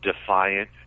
defiant